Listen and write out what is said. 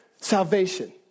salvation